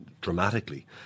dramatically